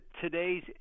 today's